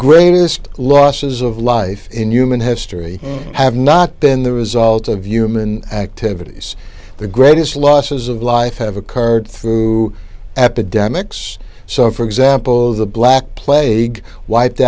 greatest losses of life in human history have not been the result of human activities the greatest losses of life have occurred through epidemics so for example the black plague wiped